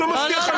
לא מפתיעים.